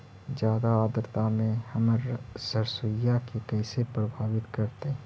जादा आद्रता में हमर सरसोईय के कैसे प्रभावित करतई?